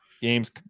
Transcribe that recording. games